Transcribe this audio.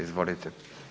Izvolite.